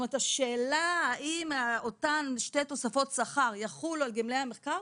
השאלה האם אותן שתי תוספת שכר יחולו על גמלאי המחקר,